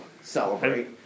Celebrate